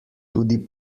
tudi